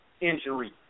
injury